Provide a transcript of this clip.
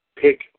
pick